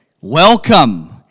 welcome